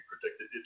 predicted